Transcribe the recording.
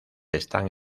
están